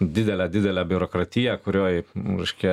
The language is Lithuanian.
didelę didelę biurokratiją kurioj reiškia